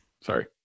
Sorry